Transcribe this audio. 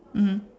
mmhmm